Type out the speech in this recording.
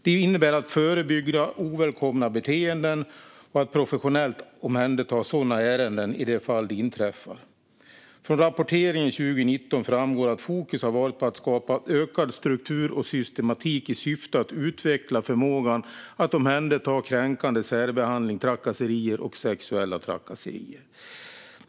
Det innebär att förebygga ovälkomna beteenden, och att professionellt omhänderta sådana ärenden i de fall det inträffar." I årsredovisningen för 2019 framgår att fokus har varit att "skapa ökad struktur och systematik i syfte att utveckla förmågan att omhänderta kränkande särbehandling, trakasserier och sexuella trakasserier".